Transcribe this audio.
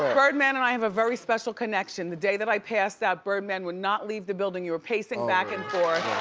ah birdman and i have a very special connection. the day that i passed out, birdman would not leave the building. you were pacing back and forth.